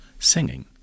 singing